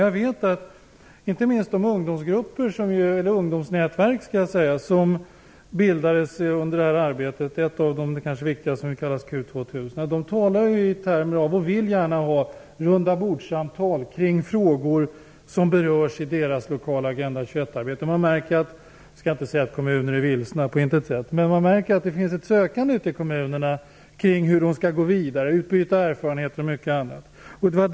Jag vet att inte minst de ungdomsnätverk som bildades under arbetet, ett av de viktigare är Q 2000, talar gärna i termer av, och vill gärna ha, rundabordssamtal kring frågor som berörs i deras lokala Agenda Jag skall inte säga att kommunerna är vilsna. Men jag märker att det finns ett sökande i kommunerna kring hur de skall gå vidare, utbyta erfarenheter och mycket annat.